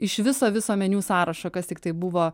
iš viso viso meniu sąrašo kas tiktai buvo